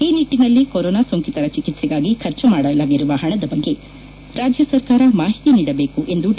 ಈ ನಿಟ್ಟಿನಲ್ಲಿ ಕೊರೋನಾ ಸೋಂಕಿತರ ಚಿಕಿತ್ಸೆಗಾಗಿ ಖರ್ಚು ಮಾದಲಾಗಿರುವ ಹಣದ ಬಗ್ಗೆ ರಾಜ್ಯ ಸರ್ಕಾರ ಮಾಹಿತಿ ನೀಡಬೇಕು ಎಂದು ಡಿ